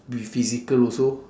be physical also